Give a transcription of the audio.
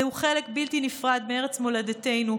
זהו חלק בלתי נפרד מארץ מולדתנו,